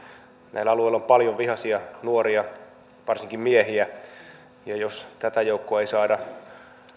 näillä alueilla on paljon vihaisia nuoria varsinkin miehiä ja jos tätä joukkoa ei saada